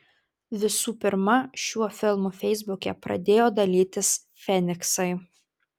visų pirma šiuo filmu feisbuke pradėjo dalytis feniksai